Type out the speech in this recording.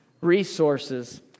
resources